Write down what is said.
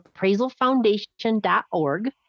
appraisalfoundation.org